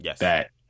Yes